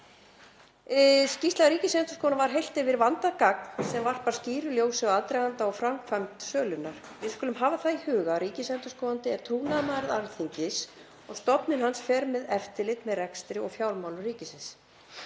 Skýrsla Ríkisendurskoðunar var heilt yfir vandað gagn sem varpar skýru ljósi á aðdraganda og framkvæmd sölunnar. Við skulum hafa það í huga að ríkisendurskoðandi er trúnaðarmaður Alþingis og stofnun hans fer með eftirlit með rekstri og fjármálum ríkisins.